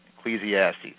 Ecclesiastes